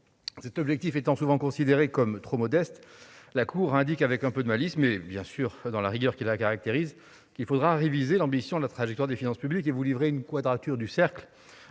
Cet objectif étant souvent considéré comme trop modeste, la Cour des comptes indique non sans malice, mais, bien sûr, avec la rigueur qui la caractérise, qu'il faudra « réviser l'ambition de la trajectoire des finances publiques ». Elle nous livre ensuite une quadrature du cercle,